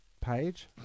page